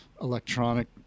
electronic